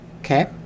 Okay